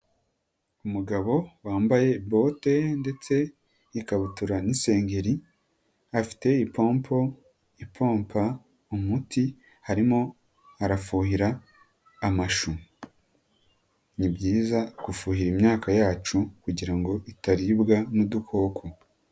Umugabo wambaye bote ndetse ikabutura n'insengeri afite ipompo, ipompa umuti arimo arafuhira amashu. Ni byiza gufuhira imyaka yacu kugira ngo itaribwa n'udukoko.